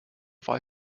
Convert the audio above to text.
wahl